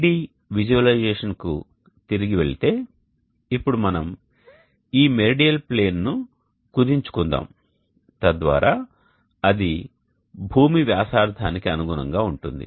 3D విజువలైజేషన్కు తిరిగి వెళితే ఇప్పుడు మనం ఈ మెరిడియల్ ప్లేన్ను కుదించు కుందాం తద్వారా అది భూమి వ్యాసార్థానికి అనుగుణంగా ఉంటుంది